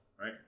Right